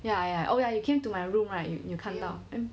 ya ya oh ya you came to my room right 你有看到